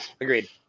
Agreed